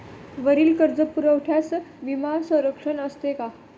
वरील कर्जपुरवठ्यास विमा संरक्षण असते का?